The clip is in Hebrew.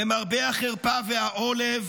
למרבה החרפה והעולב,